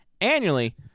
annually